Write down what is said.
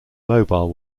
mobile